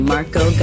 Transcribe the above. Marco